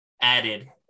added